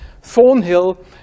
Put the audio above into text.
Thornhill